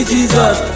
Jesus